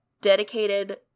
dedicated